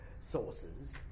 sources